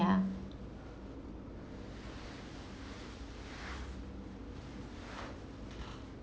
ya